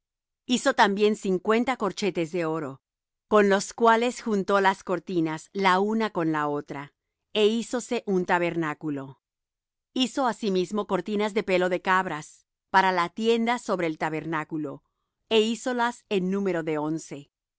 hizo también cincuenta corchetes de oro con los cuales juntó las cortinas la una con la otra é hízose un tabernáculo hizo asimismo cortinas de pelo de cabras para la tienda sobre el tabernáculo é hízolas en número de once